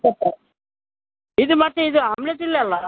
ಉತ್ತಪ್ಪ ಇದು ಮತ್ತು ಇದು ಆಮ್ಲೆಟ್ ಇಲ್ಲಲ್ವಾ